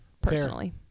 personally